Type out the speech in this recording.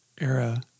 era